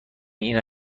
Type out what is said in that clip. این